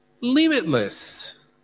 limitless